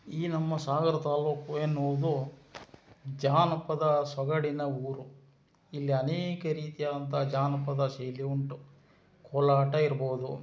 ಈ ನಮ್ಮ ಸಾಗರ ತಾಲೂಕು ಎನ್ನುವುದು ಜಾನಪದ ಸೊಗಡಿನ ಊರು ಇಲ್ಲಿ ಅನೇಕ ರೀತಿಯಾದಂಥ ಜಾನಪದ ಶೈಲಿ ಉಂಟು ಕೋಲಾಟ ಇರ್ಬಹುದು